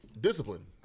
Discipline